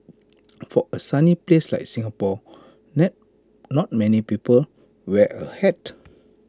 for A sunny place like Singapore not many people wear A hat